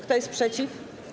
Kto jest przeciw?